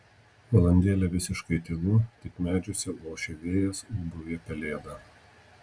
valandėlę visiškai tylu tik medžiuose ošia vėjas ūbauja pelėda